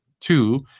two